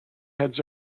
heads